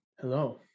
hello